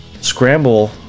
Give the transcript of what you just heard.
scramble